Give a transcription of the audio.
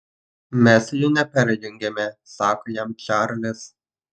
mes jų neperjungiame sako jam čarlis